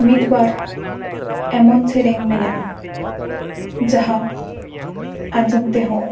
ᱢᱤᱫ ᱵᱟᱨ ᱮᱢᱚᱱ ᱥᱮᱨᱮᱧ ᱢᱮᱱᱟᱜᱼᱟ ᱡᱟᱦᱟᱸ ᱟᱡᱚᱢ ᱛᱮᱦᱚᱸ